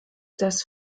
das